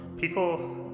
people